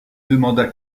demanda